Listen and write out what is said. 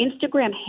Instagram